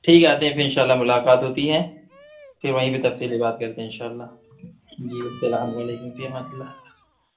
ٹھیک ہے آتے ہیں پھر ان شاء اللہ ملاقات ہوتی ہے پھر وہیں پہ تفصیل سے بات کرتے ہیں ان شاء اللہ جی السلام علیکم فی امان اللہ